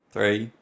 Three